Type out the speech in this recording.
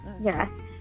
yes